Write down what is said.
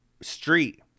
street